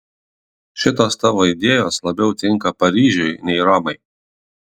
šitos tavo idėjos labiau tinka paryžiui nei romai